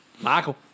Michael